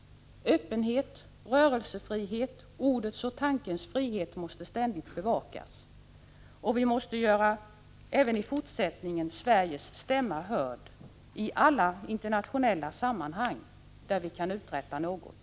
Öppenheten,': rörelsefriheten, ordets och tankens frihet måste ständigt bevakas, och vi måste även i fortsättningen göra Sveriges stämma hörd i alla internationella sammanhang där vi kan uträtta något.